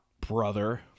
brother